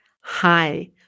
Hi